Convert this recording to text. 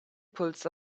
pulls